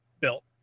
built